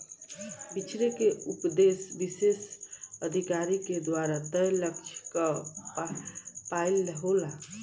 बिछरे के उपदेस विशेष अधिकारी के द्वारा तय लक्ष्य क पाइल होला